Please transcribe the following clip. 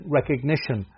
recognition